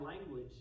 language